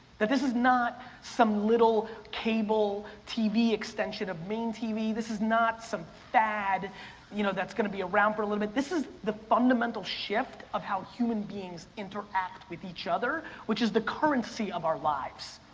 that this is not some little cable tv extension of main tv, this is not some fad you know that's gonna be around for a little bit. this is the fundamental shift of how human beings interact with each other which is the currency of our lives.